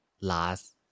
last